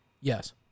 Yes